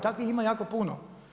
Takvih ima jako puno.